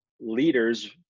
leaders